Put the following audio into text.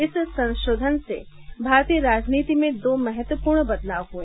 इस संशोधन से भारतीय राजनीति में दो महत्वपूर्ण बदलाव हुए